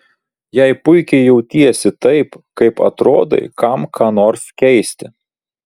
jei puikiai jautiesi taip kaip atrodai kam ką nors keisti